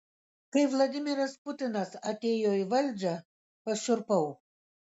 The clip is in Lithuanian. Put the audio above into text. kai vladimiras putinas atėjo į valdžią pašiurpau